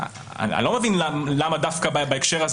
אני לא מבין למה שזה יקרה דווקא בהקשר של